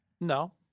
No